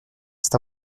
cette